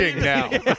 now